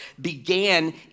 began